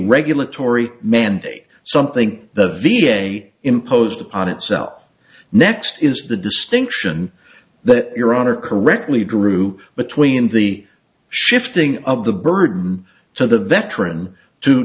regulatory mandate something the v a imposed upon itself next is the distinction that your honor correctly drew between the shifting of the burden to the veteran to